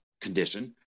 condition